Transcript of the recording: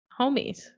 homies